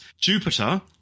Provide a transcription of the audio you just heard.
Jupiter